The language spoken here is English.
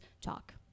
talk